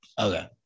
Okay